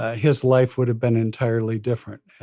ah his life would have been entirely different.